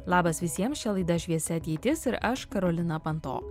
labas visiems čia laida šviesi ateitis ir aš karolina panto